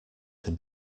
can